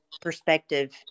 perspective